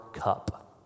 cup